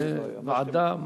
לוועדה?